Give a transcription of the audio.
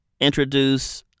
introduce –